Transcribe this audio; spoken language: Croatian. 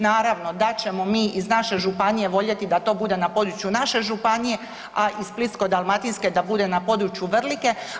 Naravno da ćemo mi iz naše županije voljeti da to bude na području naše županije, a i Splitsko-dalmatinske da bude na području Vrlike.